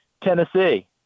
Tennessee